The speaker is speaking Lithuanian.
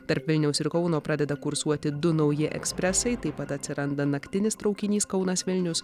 tarp vilniaus ir kauno pradeda kursuoti du nauji ekspresai taip pat atsiranda naktinis traukinys kaunas vilnius